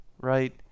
right